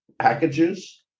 packages